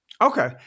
Okay